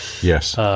Yes